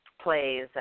plays